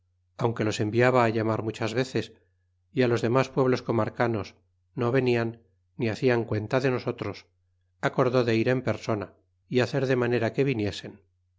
aunque los enviaba llamar muchas veces y los de mas pueblos comarcanos no venían ni hacian cuenta de nosotros acordó de ir en persona y hacer de manera que viniesen